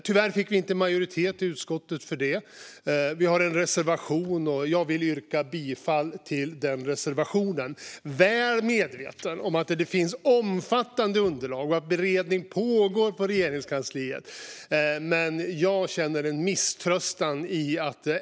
Tyvärr fick vi inte majoritet i utskottet för detta. Vi har en reservation, och jag vill yrka bifall till den. Jag är väl medveten om att det finns omfattande underlag och att beredning pågår i Regeringskansliet, men jag känner en misströstan.